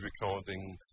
recording